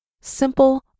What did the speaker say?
simple